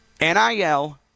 NIL